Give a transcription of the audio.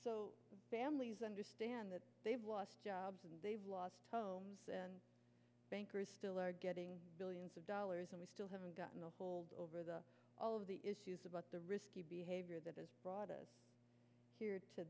families understand that they've lost jobs and they've lost homes and bankers still are getting billions of and we still haven't gotten a hold over the all of the issues about the risky behavior that has brought us here to